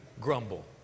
grumble